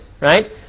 right